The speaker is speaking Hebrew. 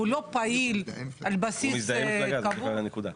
והוא לא פעיל על בסיס קבוע.